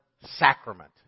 sacrament